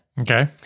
Okay